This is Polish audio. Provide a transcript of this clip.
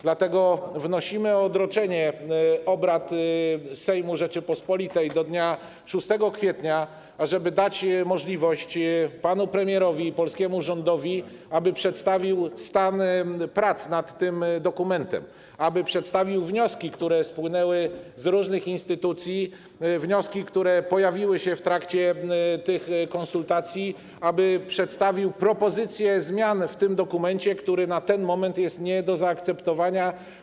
Dlatego wnosimy o odroczenie obrad Sejmu Rzeczypospolitej do dnia 6 kwietnia, ażeby dać możliwość panu premierowi i polskiemu rządowi, by przedstawili stan prac nad tym dokumentem, by przedstawili wnioski, które spłynęły z różnych instytucji, wnioski, które pojawiły się w trakcie konsultacji, by przedstawili propozycje zmian w dokumencie, który na ten moment jest nie do zaakceptowania.